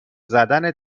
زدن